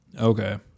Okay